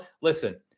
listen